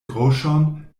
groŝon